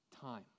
time